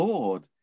Lord